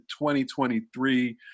2023